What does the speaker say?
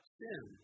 sin